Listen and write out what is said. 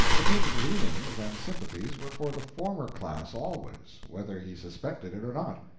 the king's leanings and sympathies were for the former class always, whether he suspected it or not.